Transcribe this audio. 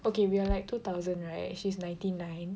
okay we're like two thousand right she's ninety nine